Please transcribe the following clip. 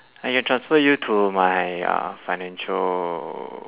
I can transfer you to my uh financial